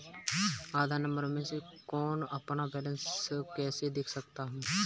आधार number से मैं अपना बैलेंस कैसे देख सकता हूँ?